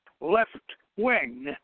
left-wing